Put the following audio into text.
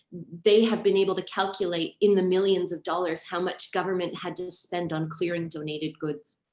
they have been able to calculate in the millions of dollars how much government had to spend on clearing donated goods.